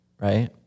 right